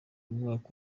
umwaka